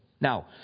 Now